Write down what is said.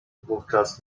wówczas